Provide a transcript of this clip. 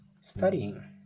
studying